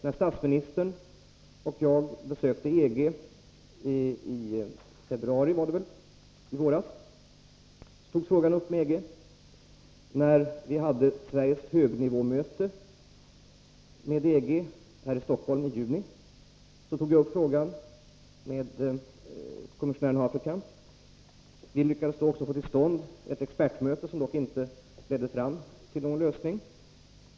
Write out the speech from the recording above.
När statsministern och jag i våras — i februari var det väl — besökte EG aktualiserade vi frågan. Det gjorde jag också med kommissionären Haferkamp vid högnivåmötet med EG här i Stockholm i juni. Vi lyckades då få till stånd ett expertmöte under sommaren, som dock inte ledde fram till någon lösning.